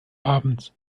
abends